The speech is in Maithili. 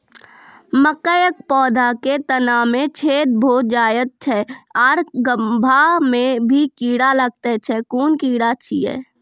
मकयक पौधा के तना मे छेद भो जायत छै आर गभ्भा मे भी कीड़ा लागतै छै कून कीड़ा छियै?